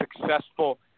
successful